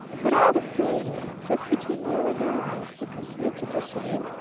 but all the samey, just between you and i, he continued judicially,